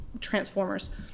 Transformers